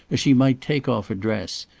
as she might take off a dress,